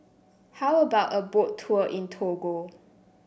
how about a Boat Tour in Togo